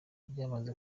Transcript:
byamaze